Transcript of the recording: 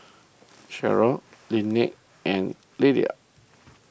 Sherilyn Lynnette and Liller